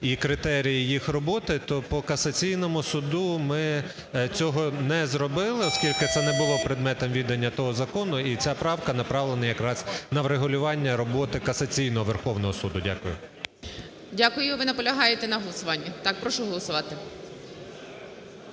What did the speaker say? і критерії їх роботи, то по Касаційному суду ми цього не зробили, оскільки це не було предметом відання того закону, і ця правка направлена якраз на врегулювання роботи Касаційного Верховного Суду. Дякую. ГОЛОВУЮЧИЙ. Дякую. Ви наполягаєте на голосуванні? Так, прошу голосувати.